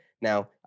Now